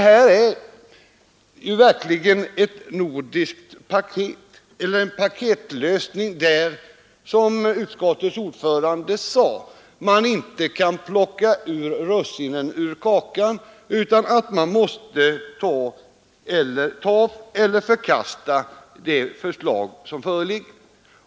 Här är det verkligen fråga om en nordisk paketlösning, där — som utskottets ordförande sade — man inte kan plocka russinen ur kakan utan måste anta eller förkasta det förslag som föreligger.